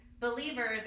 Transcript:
believers